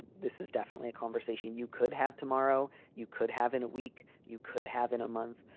this is definitely a conversation you could have tomorrow. you could have in a week. you could have in a month.